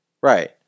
Right